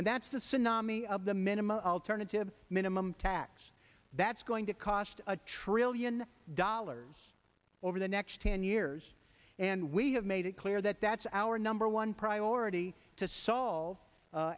and that's the tsunami of the minimum alternative minimum tax that's going to cost a trillion dollars over the next ten years and we have made it clear that that's our number one priority to solve a